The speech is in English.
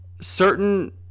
certain